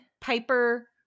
Piper